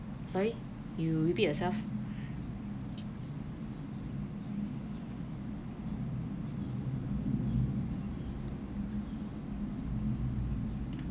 sorry you repeat yourself